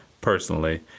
personally